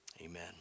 Amen